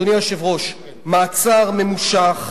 אדוני היושב-ראש, מעצר ממושך,